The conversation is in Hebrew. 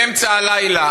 באמצע הלילה